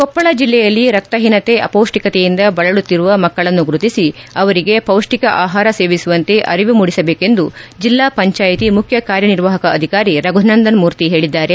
ಕೊಪ್ಪಳ ಜಿಲ್ಲೆಯಲ್ಲಿ ರಕ್ತ ಹೀನತೆ ಅಪೌಡ್ಡಿಕತೆಯಿಂದ ಬಳಲುತ್ತಿರುವ ಮಕ್ಕಳನ್ನು ಗುರುತಿಸಿ ಅವರಿಗೆ ಪೌಡ್ಡಿಕ ಆಹಾರ ಸೇವಿಸುವಂತೆ ಅರಿವು ಮೂಡಿಸಬೇಕೆಂದು ಜಿಲ್ಲಾ ಪಂಚಾಯ್ತಿ ಮುಖ್ಯ ಕಾರ್ಯನಿರ್ವಾಹಕ ಅಧಿಕಾರಿ ರಘುನಂದನ್ ಮೂರ್ತಿ ಹೇಳಿದ್ದಾರೆ